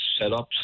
setups